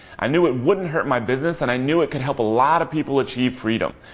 i knew it wouldn't hurt my business and i knew it could help a lot of people achieve freedom.